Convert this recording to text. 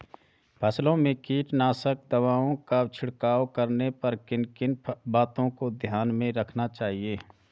फसलों में कीटनाशक दवाओं का छिड़काव करने पर किन किन बातों को ध्यान में रखना चाहिए?